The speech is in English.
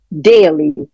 daily